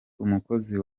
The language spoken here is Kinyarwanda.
umukozi